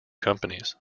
companies